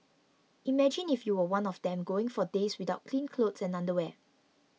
imagine if you were one of them going for days without clean clothes and underwear